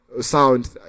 sound